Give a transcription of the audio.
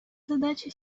задача